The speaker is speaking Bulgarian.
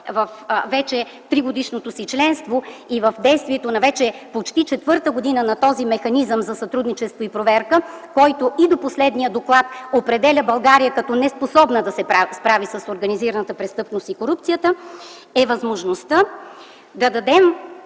във вече тригодишното си членство и в действието на вече почти четвърта година на този механизъм за сътрудничество и проверка, който и до последния доклад определя България като неспособна да се справи с организираната престъпност и корупцията, е възможността да дадем